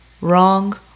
wrong